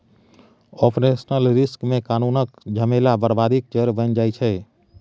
operational risk मे कानुनक झमेला बरबादीक जरि बनि जाइ छै